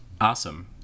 Awesome